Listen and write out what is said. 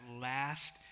last